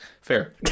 fair